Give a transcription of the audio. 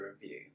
review